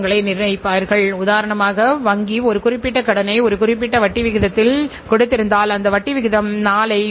நிர்வாக கட்டுப்பாட்டு அமைப்பு ஏற்படுத்தப்பட வேண்டும்